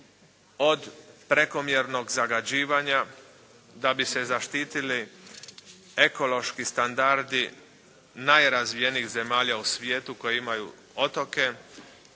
od prekomjernog zagađivanja, da bi se zaštitili ekološki standardi najrazvijenijih zemalja u svijetu koje imaju otoke.